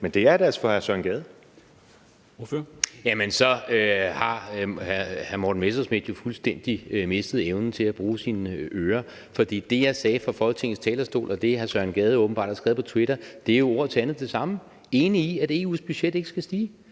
Kl. 14:05 Jan E. Jørgensen (V): Jamen så har hr. Morten Messerschmidt jo fuldstændig mistet evnen til at bruge sine ører. For det, jeg sagde fra Folketingets talerstol, og det, hr. Søren Gade åbenbart har skrevet på Twitter, er jo ord til andet det samme: enig i, at EU's budget ikke skal stige.